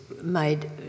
made